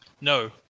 No